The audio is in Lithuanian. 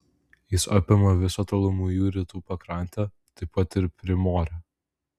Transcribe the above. jis apima visą tolimųjų rytų pakrantę taip pat ir primorę